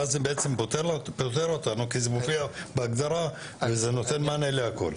ואז זה בעצם פותר אותנו כי זה מופיע בהגדרה וזה נותן מענה להכל.